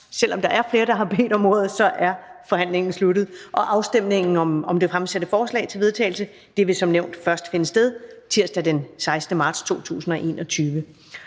selv om der er flere, der bedt om ordet, sluttet. Afstemningen om det fremsatte forslag til vedtagelse vil som nævnt først finde sted tirsdag den 16. marts 2021.